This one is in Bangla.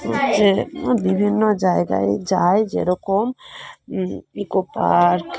হচ্ছে বিভিন্ন জায়গায় যাই যেরকম ইকো পার্ক